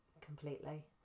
completely